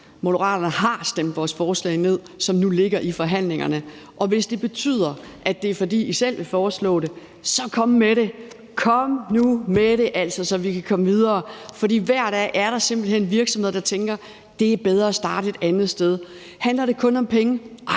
Moderaterne jo har stemt vores forslag ned, som nu ligger i forhandlingerne. Og hvis det betyder, at det er, fordi I selv vil foreslå det, så kom med det. Kom nu med det, så vi kan komme videre! For hver dag er der simpelt hen virksomheder, der tænker: Det er bedre at starte et andet sted. Handler det kun om penge? Nej,